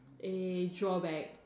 a drawback